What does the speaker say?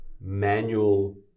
manual